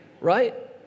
right